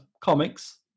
comics